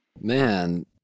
Man